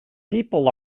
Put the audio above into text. people